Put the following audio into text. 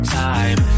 time